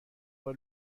بار